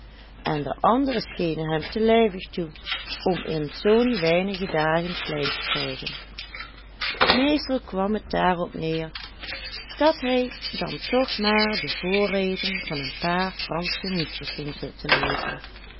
en de andere schenen hem te lijvig toe om in zoo weinige dagen klein te krijgen meestal kwam het daarop neer dat hij dan toch maar de voorreden van een paar fransche nieuwtjes ging zitten lezen